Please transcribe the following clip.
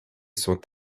sont